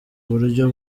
uburyo